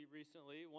recently